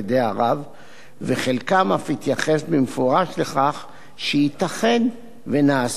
וחלקם אף התייחס במפורש לכך שייתכן ונעשו שינויי תוכן.